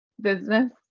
business